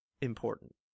important